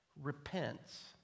repents